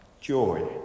joy